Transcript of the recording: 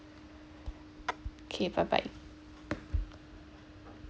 okay bye bye